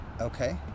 Okay